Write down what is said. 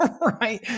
right